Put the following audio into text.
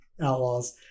outlaws